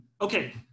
Okay